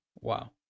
Wow